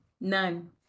none